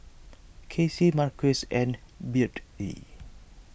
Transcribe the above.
Kacie Marquis and Beadie